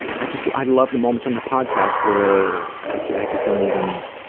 i just i love the moments on the podcast where i just just don't even.